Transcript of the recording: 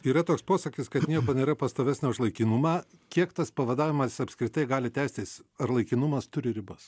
yra toks posakis kad nieko nėra pastovesnio už laikinumą kiek tas pavadavimas apskritai gali tęstis ar laikinumas turi ribas